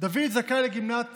דוד זכאי לגמלת